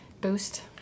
boost